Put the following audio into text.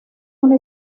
una